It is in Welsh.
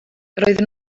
roedden